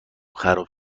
خراب